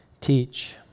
teach